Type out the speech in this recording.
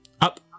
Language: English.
up